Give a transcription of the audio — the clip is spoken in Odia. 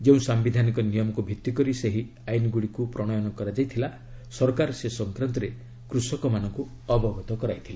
ଯେଉଁ ସାମ୍ବିଧାନିକ ନିୟମକୁ ଭିତ୍ତିକରି ସେହି ଆଇନ୍ଗୁଡ଼ିକ ପ୍ରଣୟନ କରାଯାଇଥିଲା ସରକାର ସେ ସଂକ୍ରାନ୍ତରେ କୃଷକମାନଙ୍କୁ ଅବଗତ କରାଇଥିଲେ